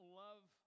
love